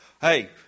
Hey